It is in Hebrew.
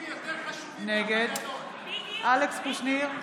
נגד אלכס קושניר,